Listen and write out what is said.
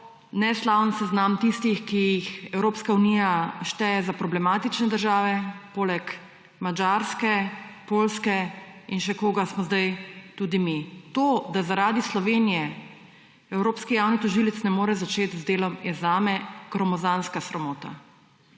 neslaven seznam tistih, ki jih Evropska unija šteje za problematične države, poleg Madžarske, Poljske in še koga smo zdaj tudi mi. To, da zaradi Slovenije Evropsko javno tožilstvo ne more začeti z delom, je zame gromozanska sramota.